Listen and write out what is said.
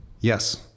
Yes